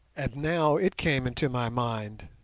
and now it came into my mind,